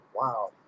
Wow